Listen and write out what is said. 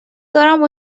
دارم